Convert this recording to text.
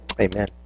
Amen